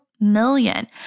million